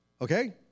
Okay